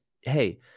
hey